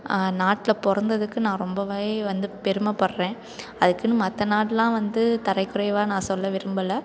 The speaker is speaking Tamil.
நாட்டில் பிறந்ததுக்கு நான் ரொம்பவே வந்து பெருமைப்பட்றேன் அதுக்குன்னு மற்ற நாடெலாம் வந்து தரக்குறைவா நான் சொல்ல விரும்பலை